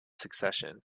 succession